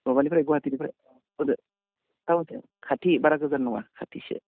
माबानिफ्राय गुवाहाटिनिफ्राय बोदो टाउनथिं खाथि बारा गोजान नङा खाथिसो